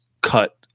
cut